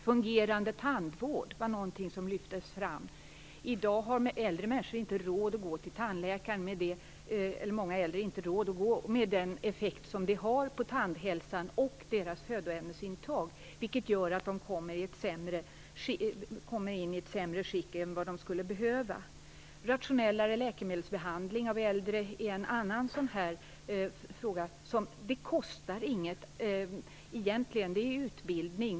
Fungerande tandvård var en sak som lyftes fram. I dag har många äldre människor inte råd att gå till tandläkaren, vilket ger effekter på deras tandhälsa och födoämnesintag. Det gör att de kommer in i ett sämre skick än de skulle behöva. Rationellare läkemedelsbehandling av äldre är en annan åtgärd som egentligen inte kostar något. Det handlar om utbildning.